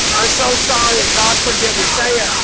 i'm so sorry. god forgive me. say it